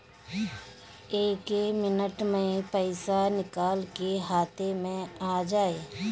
एक्के मिनट मे पईसा निकल के हाथे मे आ जाई